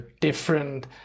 different